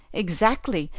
exactly.